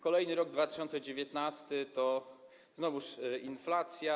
Kolejny rok 2019 to znowu inflacja.